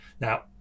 Now